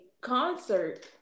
concert